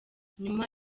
nyuma